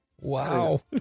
Wow